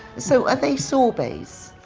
so are they sorbets?